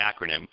acronym